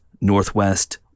Northwest